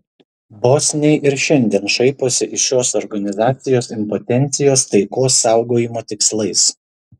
bosniai ir šiandien šaiposi iš šios organizacijos impotencijos taikos saugojimo tikslais